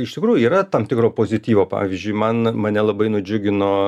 iš tikrųjų yra tam tikro pozityvo pavyzdžiui man mane labai nudžiugino